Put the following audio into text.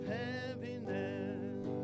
heaviness